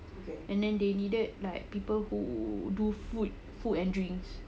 and then they needed like people who do food food and drinks